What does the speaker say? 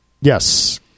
Yes